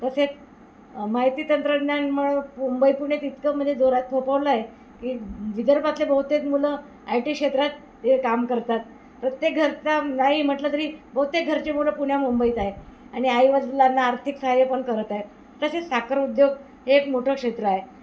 तसेच माहिती तंत्रज्ञानमुळं मुंबई पुण्यात इतकं म्हणजे जोरात फोफावलं आहे की विदर्भातले बहुतेक मुलं आय टी क्षेत्रात ते काम करतात प्रत्येक घरचा नाही म्हटलं तरी बहुतेक घरचे मुलं पुण्यामुंबईत आहे आणि आई वजलांना आर्थिक सहाय्य पण करत आहे तसेच साखर उद्योग हे एक मोठं क्षेत्र आहे